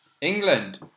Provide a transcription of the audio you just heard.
England